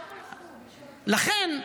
לכן,